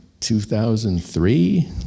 2003